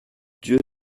dieu